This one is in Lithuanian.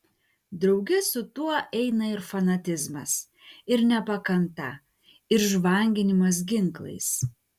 drauge su tuo eina ir fanatizmas ir nepakanta ir žvanginimas ginklais